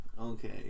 okay